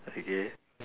okay